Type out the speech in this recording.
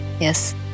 Yes